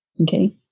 Okay